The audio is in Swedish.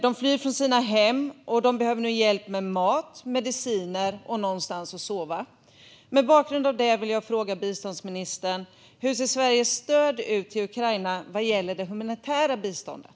De flyr från sina hem och behöver nu hjälp med mat, mediciner och någonstans att sova. Mot bakgrund av det vill jag fråga biståndsministern: Hur ser Sveriges stöd till Ukraina ut vad gäller det humanitära biståndet?